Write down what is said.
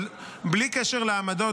אבל בלי קשר לעמדות,